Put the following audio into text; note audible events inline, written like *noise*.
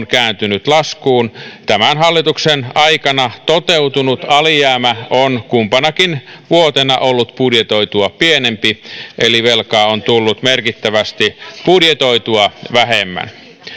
*unintelligible* kääntynyt laskuun tämän hallituksen aikana toteutunut alijäämä on kumpanakin vuotena ollut budjetoitua pienempi eli velkaa on tullut merkittävästi budjetoitua vähemmän